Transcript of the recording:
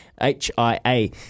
H-I-A